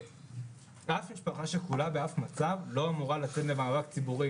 אף משפחה שכולה לא צריכה לצאת למאבק ציבורי